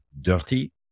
dirty